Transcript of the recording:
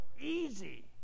easy